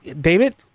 David